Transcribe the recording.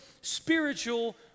spiritual